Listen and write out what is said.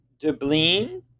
Dublin